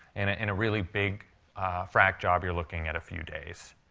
and ah in a really big frac job, you're looking at a few days.